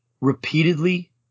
repeatedly